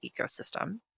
ecosystem